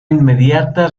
inmediata